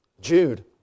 Jude